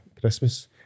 Christmas